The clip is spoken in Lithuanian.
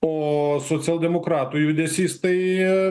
o socialdemokratų judesys tai